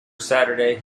saturday